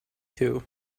too